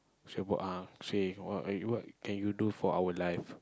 say what what what can you do about for our life